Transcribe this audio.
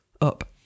up